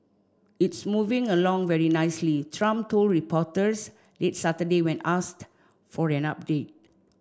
it's moving along very nicely Trump told reporters late Saturday when asked for an update